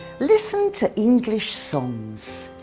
listen to english songs!